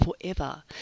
forever